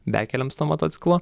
bekelėms tuo motociklu